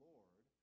Lord